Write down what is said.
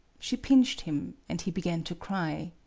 she pinched him, and he began to cry.